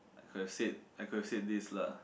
could have said I could have said this lah